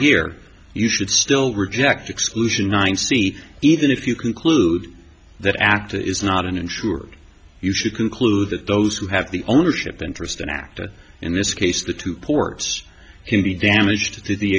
here you should still reject exclusion nine c even if you conclude that act is not an insured you should conclude that those who have the ownership interest and act in this case the two ports can be damaged to the